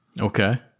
Okay